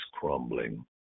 crumbling